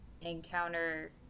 encounter